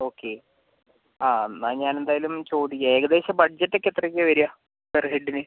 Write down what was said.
okay ആ എന്നാൽ ഞാൻ എന്തായാലും ചോദിക്കാം ഏകദേശം ബഡ്ജറ്റൊക്കെ എത്രയൊക്കെ വരാൻ പെർ ഹെഡിന്